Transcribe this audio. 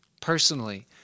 personally